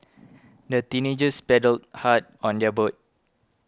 the teenagers paddled hard on their boat